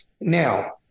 Now